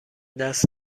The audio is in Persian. دست